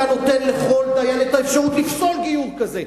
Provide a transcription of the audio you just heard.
אתה נותן לכל דיין את האפשרות לפסול גיור כזה.